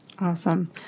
Awesome